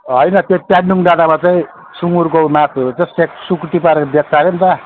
होइन त्यो ट्यान्डुङ डाँडामा चाहिँ सुँगुरको मासुहरू चाहिँ स्याक सुकुटी पारेर बेच्छ अरे नि त